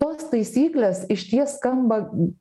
tos taisyklės išties skamba